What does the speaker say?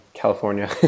California